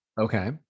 Okay